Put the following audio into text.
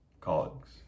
colleagues